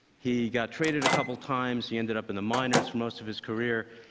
he got traded a couple of times, he ended up in the minors for most of his career,